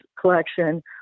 collection